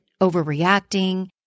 overreacting